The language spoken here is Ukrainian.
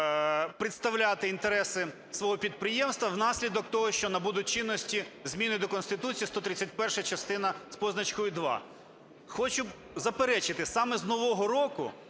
представляти інтереси свого підприємства внаслідок того, що набудуть чинності зміни до Конституції, сто тридцять перша частина з позначкою 2. Хочу заперечити. Саме з Нового року